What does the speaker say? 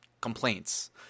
complaints